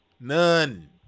None